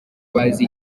bazi